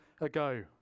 ago